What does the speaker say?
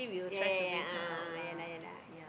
ya ya ya a'ah ah ya lah ya lah